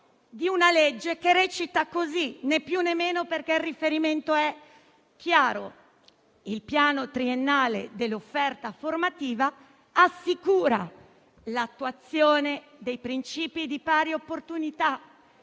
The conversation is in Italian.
di una legge che recita così, né più né meno, perché il riferimento è chiaro. Il piano triennale dell'offerta formativa assicura l'attuazione dei principi di pari opportunità,